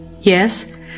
Yes